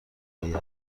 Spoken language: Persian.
آید